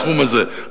הסכום הזה?